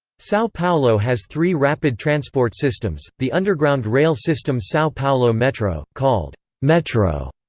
sao paulo has three rapid transport systems the underground rail system sao paulo metro, called metro,